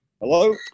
Hello